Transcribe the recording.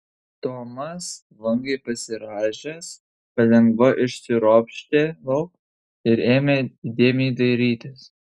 tomas vangiai pasirąžęs palengva išsiropštė lauk ir ėmė įdėmiai dairytis